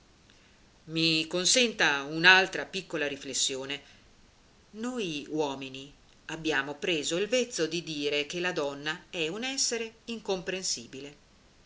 i consenta un'altra piccola riflessione noi uomini abbiamo preso il vezzo di dire che la donna è un essere incomprensibile